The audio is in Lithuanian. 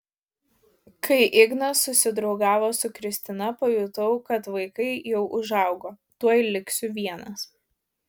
kai ignas susidraugavo su kristina pajutau kad vaikai jau užaugo tuoj liksiu vienas